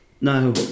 No